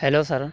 hello sir